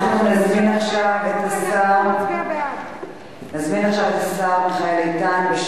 נזמין עכשיו את השר מיכאל איתן,